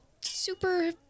super